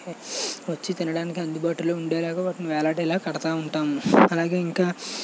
వచ్చి తినడానికీ అందుబాటులో ఉండేలాగా వాటిని వేలాడేలా కడతు ఉంటాము అలాగే ఇంకా